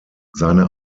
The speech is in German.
seine